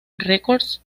records